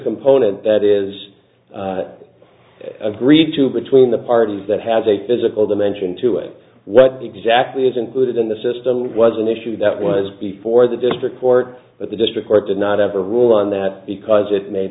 component that is agreed to between the parties that has a physical dimension to it what exactly is included in the system was an issue that was before the district court but the district court did not ever rule on that because it made